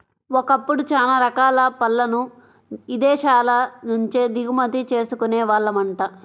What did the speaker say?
ఒకప్పుడు చానా రకాల పళ్ళను ఇదేశాల నుంచే దిగుమతి చేసుకునే వాళ్ళమంట